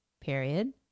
period